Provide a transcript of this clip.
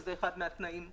שזה אחד מהתנאים הבאים.